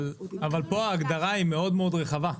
כאן ההגדרה היא מאוד מאוד רחבה.